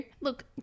look